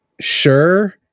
Sure